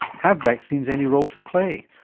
have vaccines any role to play,